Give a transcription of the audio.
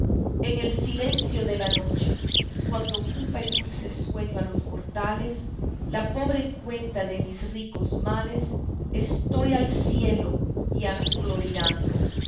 en el silencio de la noche cuando ocupa el dulce sueño a los mortales la pobre cuenta de mis ricos males estoy al cielo y a mi clori dando